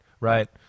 Right